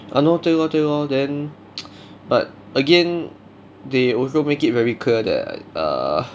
!hannor! 对 lor 对 lor then but again they also make it very clear that err